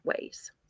ways